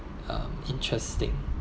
um interesting